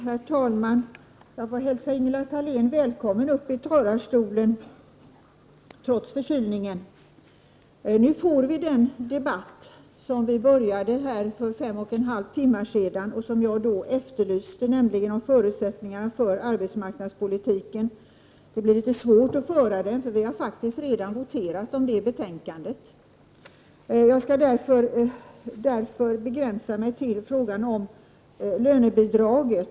Herr talman! Jag får hälsa Ingela Thalén välkommen hit trots hennes förkylning. Nu får vi den debatt som vi började för fem och en halv timme sedan. Jag efterlyste då förutsättningarna för arbetsmarknadspolitiken. Det blir litet svårt att föra en debatt nu, eftersom vi redan har voterat när det gäller det ifrågavarande betänkandet. Därför skall jag begränsa mig till frågan om lönebidraget.